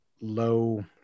low